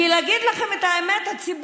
כחול